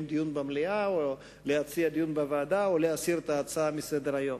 דיון במליאה או להציע דיון בוועדה או להציע להסיר את ההצעה מסדר-היום.